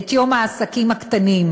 את יום העסקים הקטנים,